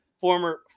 former